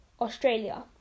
australia